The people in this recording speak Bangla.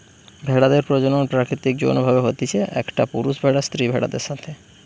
ভেড়াদের প্রজনন প্রাকৃতিক যৌন্য ভাবে হতিছে, একটা পুরুষ ভেড়ার স্ত্রী ভেড়াদের সাথে